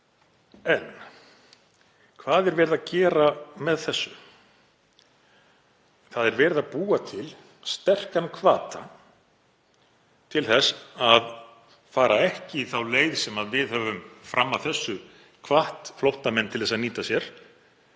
En hvað er verið að gera með þessu? Það er verið að búa til sterkari hvata til að fara ekki þá leið sem við höfum fram að þessu hvatt flóttamenn til að nýta sér,